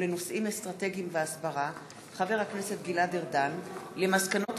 ולנושאים אסטרטגיים והסברה גלעד ארדן על מסקנות